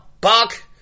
Buck